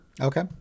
Okay